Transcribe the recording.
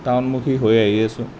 টাউনমূখী হৈ আহি আছো